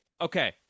Okay